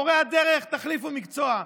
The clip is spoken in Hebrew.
מורי הדרך, תחליפו מקצוע.